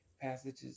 passages